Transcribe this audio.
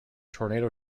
tornado